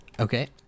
Okay